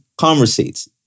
conversates